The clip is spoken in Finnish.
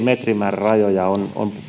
metrimäärärajoja on